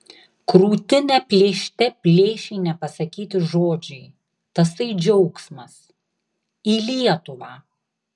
krūtinę plėšte plėšė nepasakyti žodžiai tasai džiaugsmas į lietuvą